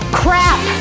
crap